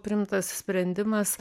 priimtas sprendimas